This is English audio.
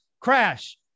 crash